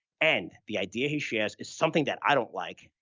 and the idea he shares is something that i don't like,